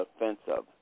offensive